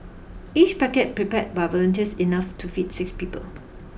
each packet prepared by volunteers enough to feed six people